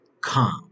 calm